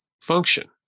function